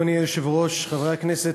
אדוני היושב-ראש, חברי הכנסת,